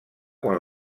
quan